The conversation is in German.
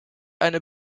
eine